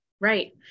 Right